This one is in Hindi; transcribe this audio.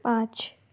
पाँच